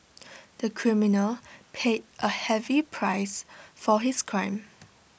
the criminal paid A heavy price for his crime